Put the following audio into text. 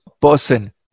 person